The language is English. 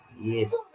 Yes